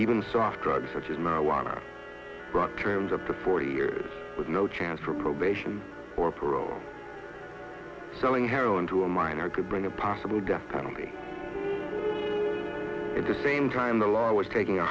even soft drugs such as marijuana rock rooms up to forty years with no chance for probation or parole selling heroin to a minor could bring a possible death penalty in the same time the law was taking a